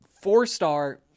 four-star